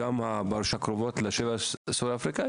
גם ברשויות הקרובות לשבר הסורי-אפריקאי,